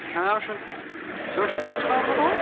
হ্যাঁ আমি শুন তুমি শুনতে পাচ্ছো না আমার কথা